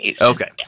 Okay